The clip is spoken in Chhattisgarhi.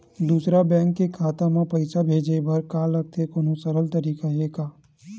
दूसरा बैंक के खाता मा पईसा भेजे बर का लगथे कोनो सरल तरीका हे का?